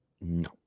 No